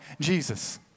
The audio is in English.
Jesus